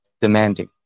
demanding